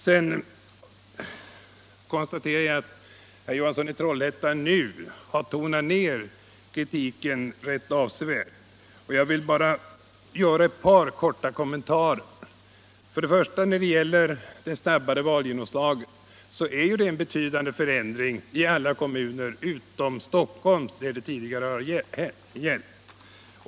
Jag konstaterar att herr Johansson i Trollhättan nu har tonat ned kritiken rätt avsevärt, och jag vill bara göra ett par korta kommentarer. Ett snabbare valgenomslag innebär ju en betydande förändring i alla kommuner utom Stockholm, där det tidigare har gällt.